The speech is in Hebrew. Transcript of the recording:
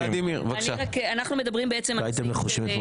אנחנו מדברים על הדיון של